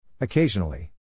Occasionally